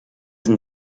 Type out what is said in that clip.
sind